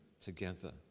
together